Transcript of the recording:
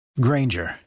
Granger